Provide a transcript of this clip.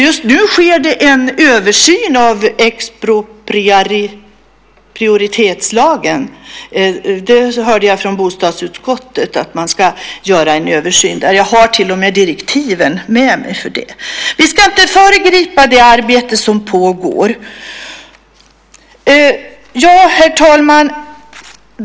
Just nu sker en översyn av expropriationslagen - jag hörde från bostadsutskottet att man ska göra en översyn. Jag har till och med direktiven för den med mig. Vi ska alltså inte föregripa det arbete som pågår. Herr talman!